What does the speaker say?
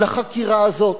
לחקירה הזאת.